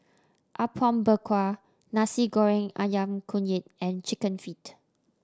Apom Berkuah Nasi Goreng Ayam Kunyit and Chicken Feet